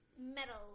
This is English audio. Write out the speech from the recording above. Metal